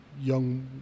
young